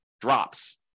drops